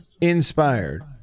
inspired